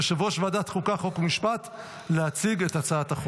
כי גם חברת הכנסת עטייה הייתה בעד.